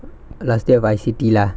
last day of I_C_T ah